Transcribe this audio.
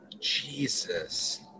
Jesus